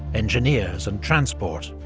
engineers and transport.